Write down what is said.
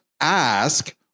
ask